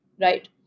right